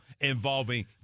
involving